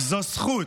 זו זכות.